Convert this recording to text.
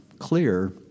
clear